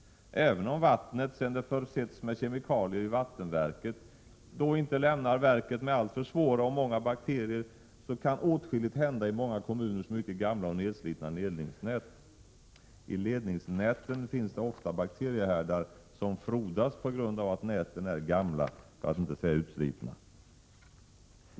Även om vattnet, sedan det försetts med kemikalier i vattenverket, inte lämnar verket med alltför svåra och många bakterier, kan åtskilligt hända i många kommuners mycket gamla och nedslitna ledningsnät. I ledningsnäten finns det ofta bakteriehärdar som frodas på grund av att näten är gamla, för att inte säga utslitna.